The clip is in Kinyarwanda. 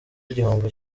igihombo